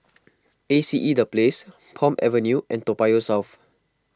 A C E the Place Palm Avenue and Toa Payoh South